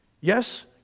Yes